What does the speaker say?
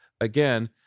again